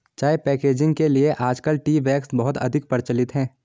चाय पैकेजिंग के लिए आजकल टी बैग्स बहुत अधिक प्रचलित है